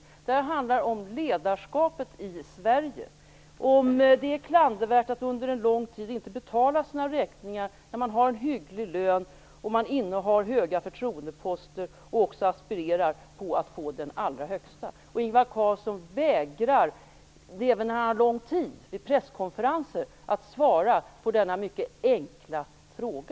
Det här handlar om ledarskapet i Sverige, om det är klandervärt att under en lång tid inte betala sina räkningar när man har en hygglig lön, innehar höga förtroendeposter och också aspirerar på att få den allra högsta. Ingvar Carlsson vägrar även när han har lång tid, t.ex. vid presskonferenser, att svara på denna mycket enkla fråga.